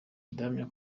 ndahamya